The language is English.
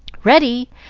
ready!